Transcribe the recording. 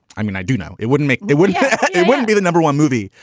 i mean, i do know it wouldn't make it wouldn't wouldn't be the number one movie,